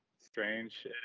strange